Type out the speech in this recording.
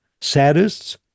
sadists